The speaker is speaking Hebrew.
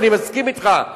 ואני מסכים אתך,